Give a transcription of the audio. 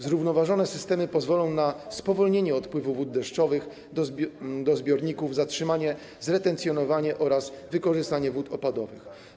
Zrównoważone systemy pozwolą na spowolnienie odpływu wód deszczowych do zbiorników, zatrzymanie, zretencjonowanie oraz wykorzystanie wód opadowych.